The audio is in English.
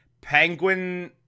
Penguin